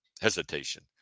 hesitation